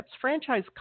franchise